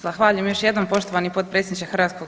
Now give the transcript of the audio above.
Zahvaljujem još jednom poštovani potpredsjedniče HS.